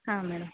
ಹಾಂ ಮೇಡಮ್